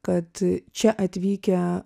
kad čia atvykę